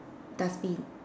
dustbin